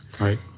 right